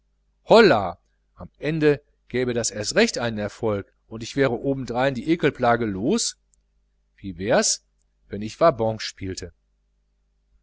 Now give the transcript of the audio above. hollah amende gäbe das erst recht einen erfolg und ich wäre obendrein die ekelplage los wie wenn ich va banque spielte